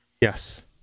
Yes